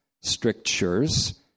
strictures